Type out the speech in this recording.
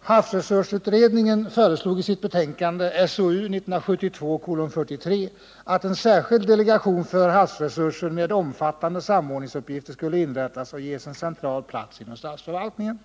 Havsresursutredningen föreslog i sitt betänkande, SOU 1972:43, att en särskild delegation för havsresurser med omfattande samordningsuppgifter skulle inrättas och ges en central plats inom statsförvaltningen.